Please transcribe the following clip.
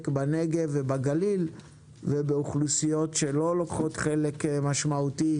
בנגב ובגליל ובאוכלוסיות שלא לוקחות חלק משמעותי,